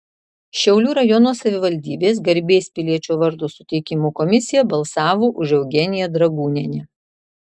šiaulių rajono savivaldybės garbės piliečio vardo suteikimo komisija balsavo už eugeniją dragūnienę